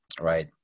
right